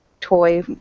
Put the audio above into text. toy